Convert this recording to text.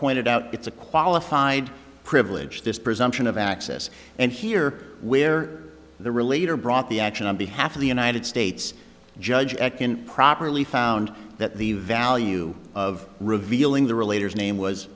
pointed out it's a qualified privilege this presumption of access and here where the relator brought the action on behalf of the united states judge ecan properly found that the value of revealing the relator name was